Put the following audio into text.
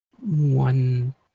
one